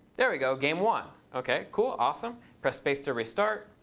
there we go. game won. ok. cool. awesome. press space to restart.